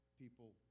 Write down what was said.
people